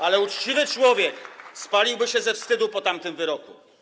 Ale uczciwy człowiek spaliłby się ze wstydu po tamtym wyroku.